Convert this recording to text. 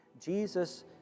Jesus